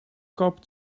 kapt